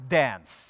dance